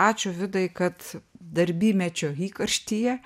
ačiū vidai kad darbymečio įkarštyje